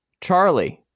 charlie